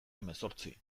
hemezortzi